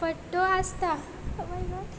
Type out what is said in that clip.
पट्ट्यो आसतात